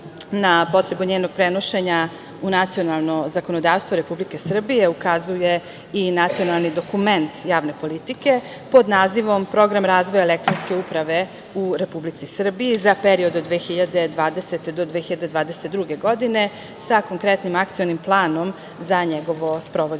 na potrebu njenog prenošenja u nacionalno zakonodavstvo Republike Srbije ukazuje i nacionalni dokument javne politike pod nazivom „Program razvoja elektronske uprave u Republici Srbiji za period od 2020. do 2022. godine“ sa konkretnim akcionim planom za njegovo sprovođenje. Uz